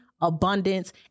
abundance